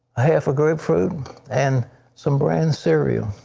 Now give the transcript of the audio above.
half a grape fruit and some brand cereal.